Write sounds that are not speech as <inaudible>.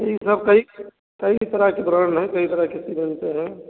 कई <unintelligible> कई तरह के ब्रण हैं कई तरह के सीमेंट हैं